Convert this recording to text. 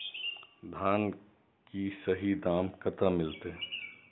धान की सही दाम कते मिलते?